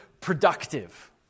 productive